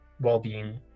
well-being